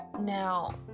now